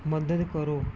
ਮਦਦ ਕਰੋ